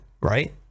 right